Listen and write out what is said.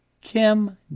Kim